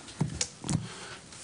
אורן אריאב, מנהל האגף הטכנולוגי.